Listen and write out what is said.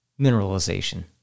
mineralization